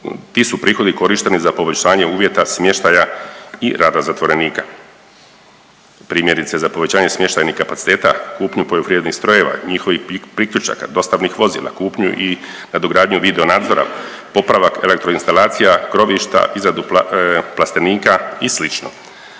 ti su prihodi korišteni za poboljšanje uvjeta smještaja i rada zatvorenika. Primjerice za povećanje smještajnih kapaciteta, kupnju poljoprivrednih strojeva, njihovih priključaka, dostavnih vozila, kupnju i nadogradnju video nadzora, popravak elektroinstalacija, krovišta, izradu plastenika i